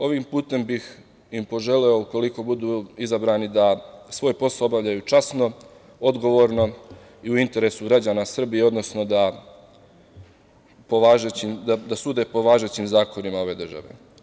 Ovim putem bih im poželeo ukoliko budu izabrani da svoj posao obavljaju časno, odgovorno i u interesu građana Srbije, odnosno da sude po važećim zakonima ove države.